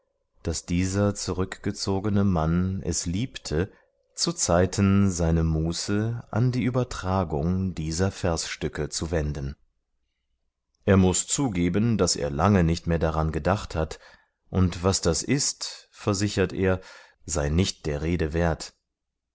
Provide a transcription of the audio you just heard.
daß dieser zurückgezogene mann es liebte zuzeiten seine muße an die übertragung dieser versstücke zu wenden er muß zugeben daß er lange nicht mehr daran gedacht hat und was da ist versichert er sei nicht der rede wert